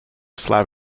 slab